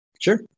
Sure